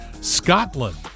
Scotland